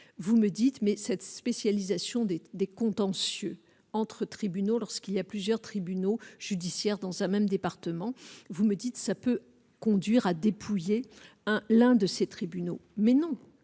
vous me dites, mais cette spécialisation des des contentieux entre tribunaux lorsqu'il y a plusieurs tribunaux judiciaires dans sa même département, vous me dites ça peut conduire à dépouiller, hein, l'un de ses tribunaux. Mais non,